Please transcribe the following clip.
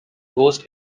ghost